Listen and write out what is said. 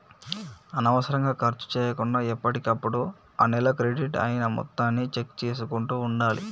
అనవసరంగా ఖర్చు చేయకుండా ఎప్పటికప్పుడు ఆ నెల క్రెడిట్ అయిన మొత్తాన్ని చెక్ చేసుకుంటూ ఉండాలి